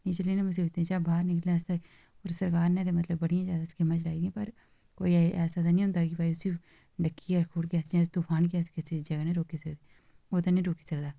इस लेई इ'नें मुसीबतें चा बाह्र निकलने आस्तै सरकार ने मतलब बड़ी जैदा स्कीमां चलाई दियां न पर कोई ऐसा निं होंदा कि भाई उसी डक्कियै रक्खी ओड़गे अस जां तुफान गी किस चीजा कन्नै रोकी सकदे ओह् ते निं रुकी सकदा